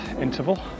interval